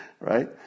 right